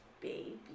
Baby